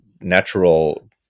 natural